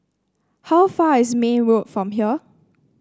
how far is May Road from here